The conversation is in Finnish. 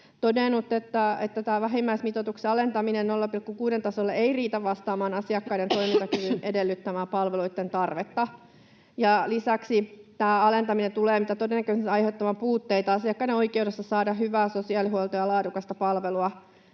todennut, että vähimmäismitoituksen alentaminen 0,6:n tasolle ei riitä vastaamaan asiakkaiden toimintakyvyn edellyttämää palveluitten tarvetta. Lisäksi tämä alentaminen tulee mitä todennäköisimmin aiheuttamaan puutteita asiakkaiden oikeudessa saada hyvää sosiaalihuoltoa ja laadukasta palvelua,